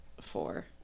four